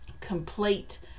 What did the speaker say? complete